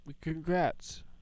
Congrats